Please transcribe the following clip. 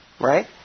Right